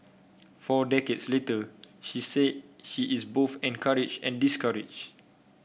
four decades later she said she is both encourage and discourage